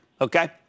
okay